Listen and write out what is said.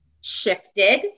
shifted